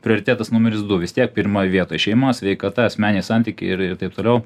prioritetas numeris du vis tiek pirmoj vietoj šeima sveikata asmeniniai santykiai ir ir ir taip toliau